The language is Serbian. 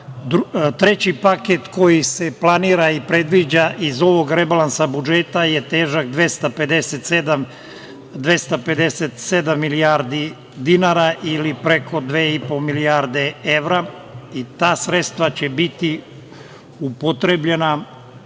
evra. Treći paket koji se planira i predviđa iz ovog rebalansa budžeta je težak 257 milijardi dinara ili preko 2,5 milijarde evra i ta sredstva će biti upotrebljena,